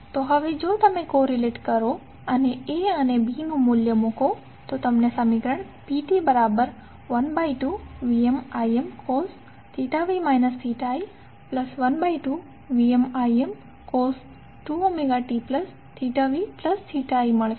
તો હવે જો તમે કોરિલેટ કરો અને A અને B નુ મુલ્ય મુકો તો તમને સમીકરણ pt12VmImcos v i 12VmImcos 2tvi મળશે